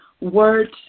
words